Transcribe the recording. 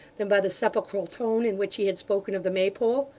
than by the sepulchral tone in which he had spoken of the maypole.